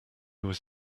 was